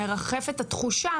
מרחפת התחושה